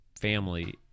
family